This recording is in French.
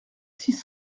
six